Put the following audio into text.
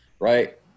Right